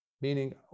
meaning